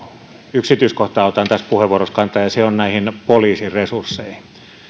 yksityiskohtaan otan tässä puheenvuorossa kantaa eli näihin poliisin resursseihin meillä